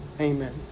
Amen